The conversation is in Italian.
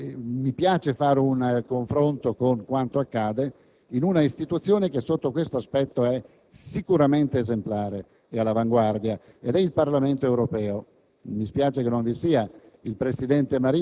A tale proposito mi piace fare un confronto con quanto accade in un'istituzione che sotto questo aspetto è sicuramente esemplare e all'avanguardia: il Parlamento europeo.